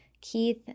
Keith